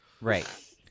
Right